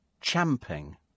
champing